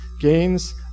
gains